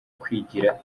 kwigira